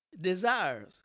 desires